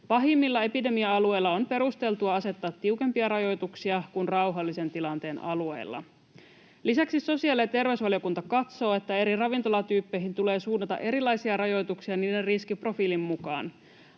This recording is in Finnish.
Pahimmilla epidemia-alueilla on perusteltua asettaa tiukempia rajoituksia kuin rauhallisen tilanteen alueella. Lisäksi sosiaali‑ ja terveysvaliokunta katsoo, että eri ravintolatyyppeihin tulee suunnata erilaisia rajoituksia niiden riskiprofiilin mukaan.